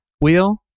Wheel